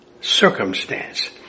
circumstance